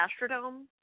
Astrodome